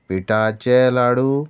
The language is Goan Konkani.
पिठाचे लाडू